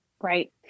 Right